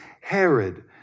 Herod